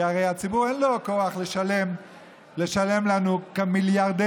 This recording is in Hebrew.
כי הרי לציבור אין כוח לשלם לנו מיליארדי